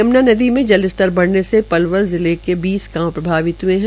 यम्ना नदी में जलस्तर बढ़ने से पलपल जिले के बीस गांव प्रभावित हए है